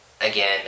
again